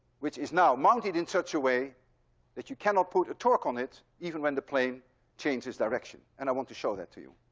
which is now mounted in such a way that you cannot put a torque on it, even when the plane changes direction, and i want to show that to you.